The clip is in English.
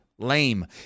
Lame